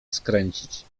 skręcić